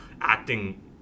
acting